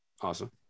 Awesome